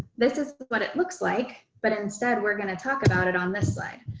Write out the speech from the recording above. this is what it looks like. but instead, we're going to talk about it on this slide.